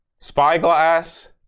Spyglass